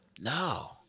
No